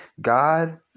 God